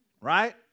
Right